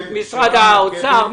משרד האוצר?